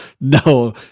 No